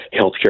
healthcare